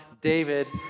David